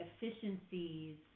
efficiencies